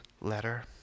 letter